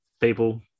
people